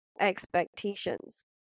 expectations